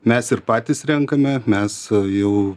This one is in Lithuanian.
mes ir patys renkame mes jau